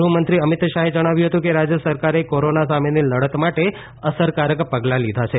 ગૃહમંત્રી અમિત શાહે જણાવ્યું હતું કે રાજ્ય સરકારે કોરોના સામેની લડત માટે અસરકારક પગલા લીધા છે